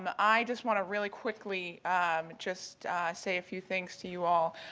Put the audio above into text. um i just want to really quickly just say a few things to you all.